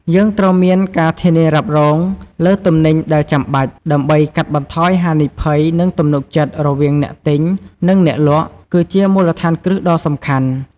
យើងត្រូវមានការធានារ៉ាប់រង លើទំនិញដែលចាំបាច់ ដើម្បីកាត់បន្ថយហានិភ័យ និងទំនុកចិត្ត រវាងអ្នកទិញ និងអ្នកលក់ គឺជាមូលដ្ឋានគ្រឹះដ៏សំខាន់។